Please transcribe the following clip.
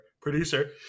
producer